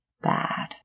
bad